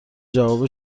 جواب